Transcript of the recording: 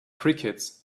crickets